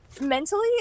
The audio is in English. mentally